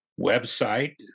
website